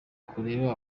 kureba